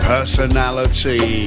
Personality